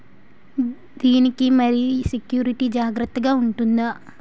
దీని కి మరి సెక్యూరిటీ జాగ్రత్తగా ఉంటుందా?